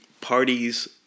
parties